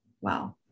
wow